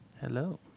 Hello